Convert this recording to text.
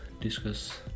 discuss